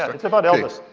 it's about elvis.